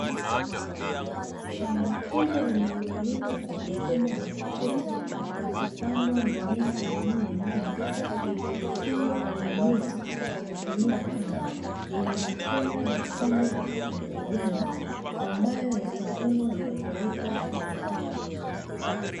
Shamba kubwa lililolimwa kwa mfumo wa matuta na kupandwa mimea jamii ya nyanya iliyofungwa kwenye miti kwa kutumia kamba, ina matunda mekundu na kijani ambayo yatavunwa na kupelekwa viwandani.